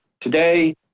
today